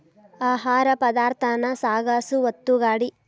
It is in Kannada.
ಆಹಾರ ಪದಾರ್ಥಾನ ಸಾಗಸು ಒತ್ತುಗಾಡಿ